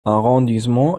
arrondissements